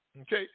Okay